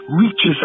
reaches